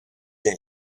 der